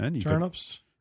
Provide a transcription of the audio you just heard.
Turnips